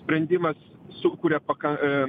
sprendimas sukuria pakan em